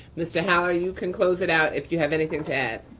mr. holler, you can close it out. if you have anything to add.